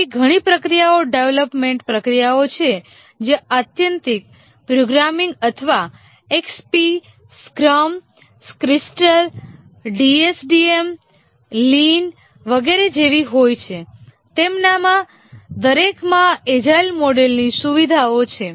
એવી ઘણી પ્રક્રિયાઓ ડેવલપમેન્ટ પ્રક્રિયાઓ છે જે આત્યંતિક પ્રોગ્રામિંગ અથવા XP Scrum Crystal DSDM Lean વગેરે જેવી હોય છે તેમાંના દરેકમાં એજાઇલ મોડેલની સુવિધાઓ છે